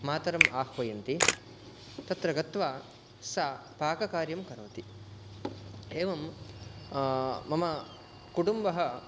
मातरम् आह्वयन्ति तत्र गत्वा सा पाककार्यं करोति एवं मम कुटुम्बः